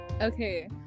okay